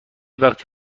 وقتی